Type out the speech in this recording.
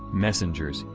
messengers,